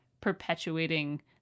perpetuating